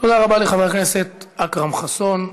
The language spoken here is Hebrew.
תודה רבה לחבר הכנסת אכרם חסון.